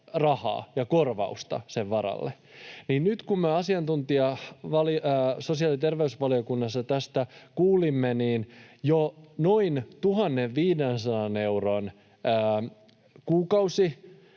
rahaa ja korvausta. Nyt kun me asiantuntijaa sosiaali- ja terveysvaliokunnassa tästä kuulimme, niin jo noin 1 500 euroa kuukaudessa